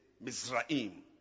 Mizraim